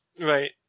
right